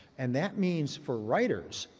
and that means for writers,